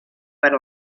per